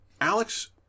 Alex